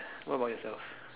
what about yourself